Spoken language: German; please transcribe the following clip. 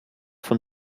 von